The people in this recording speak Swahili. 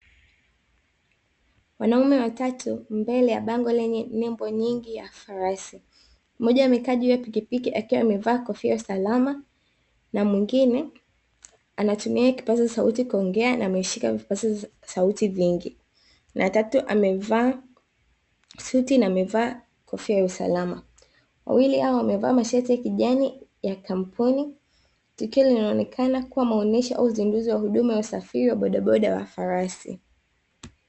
Wanaume watatu mbel ya bango lenye nembo nyingi ya farasi, mmoja amekaa juu ya pikipiki akiwa amevaa kofia salama, na mwengine anatumia kipaza sauti kuongea na ameshika vipaza sauti vingi na tatu amevaa suti na amevaa kofia ya usalama, wawili hao wamevaa mashati ya kijani ya kampuni. Tukio linaonekana likiwa ni maonesho au uzinduzi wa huduma ya usafiri wa bodaboda wa farasi.